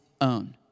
own